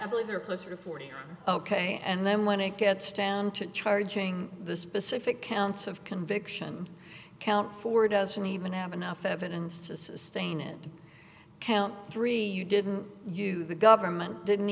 i believe you're closer to forty ok and then when it gets down to charging the specific counts of conviction count for doesn't even have enough evidence to sustain it count three you didn't you the government didn't